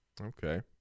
Okay